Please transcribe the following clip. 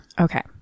Okay